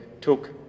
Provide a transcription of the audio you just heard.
took